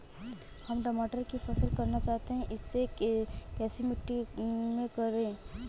हम टमाटर की फसल करना चाहते हैं इसे कैसी मिट्टी में करें?